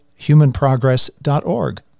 Humanprogress.org